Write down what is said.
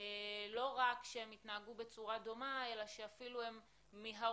לא רק שהם התנהגו בצורה דומה אלא שהם אפילו מיהרו,